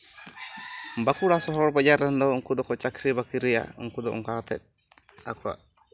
ᱵᱟᱸᱠᱩᱲᱟ ᱥᱚᱦᱚᱨ ᱵᱟᱡᱟᱨ ᱨᱮᱱ ᱫᱚ ᱩᱱᱠᱩ ᱫᱚᱠᱚ ᱪᱟ ᱠᱨᱤ ᱵᱟᱠᱨᱤᱭᱟ ᱩᱱᱠᱩ ᱫᱚ ᱚᱱᱠᱟ ᱠᱟᱛᱮᱜ ᱟᱠᱚᱣᱟᱜ